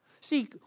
See